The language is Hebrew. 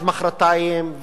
אז מחרתיים,